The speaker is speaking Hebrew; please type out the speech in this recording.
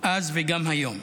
אז וגם היום.